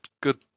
good